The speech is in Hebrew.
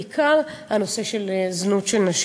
בעיקר הנושא של זנות של נשים.